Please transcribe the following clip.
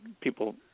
people